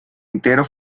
entero